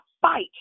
fight